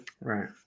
right